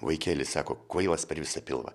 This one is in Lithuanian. vaikeli sako kvailas per visą pilvą